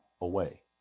away